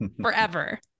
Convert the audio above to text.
forever